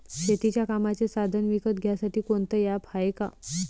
शेतीच्या कामाचे साधनं विकत घ्यासाठी कोनतं ॲप हाये का?